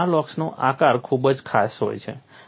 અને આ લોક્સનો આકાર ખૂબ જ ખાસ હોય છે